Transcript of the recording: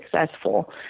successful